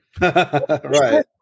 Right